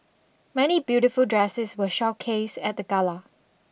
many beautiful dresses were showcased at the gala